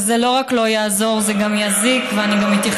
אחרי זה יגידו: טעינו.